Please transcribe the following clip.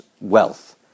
wealth